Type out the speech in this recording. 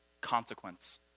consequence